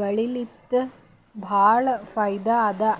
ಬೆಳಿಲಿನ್ತ್ ಭಾಳ್ ಫೈದಾ ಅದಾ